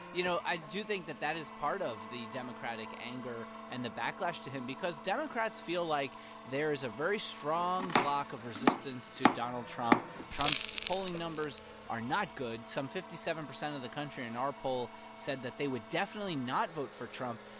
you know, i do think that that is part of the democratic anger and the backlash to him because democrats feel like there's a very strong bloc of resistance to donald trump. trump's polling numbers are not good. some fifty seven percent of the country in our poll said that they would definitely not vote for trump.